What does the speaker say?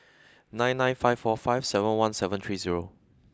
nine nine five four five seven one seven three zero